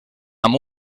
amb